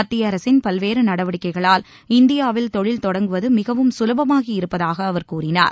மத்திய அரசின் பல்வேறு நடவடிக்கைகளால் இந்தியாவில் தொழில் தொடங்குவது மிகவும் சுலபமாகி இருப்பதாக அவர் தெரிவித்தார்